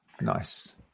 Nice